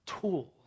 tools